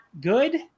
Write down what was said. good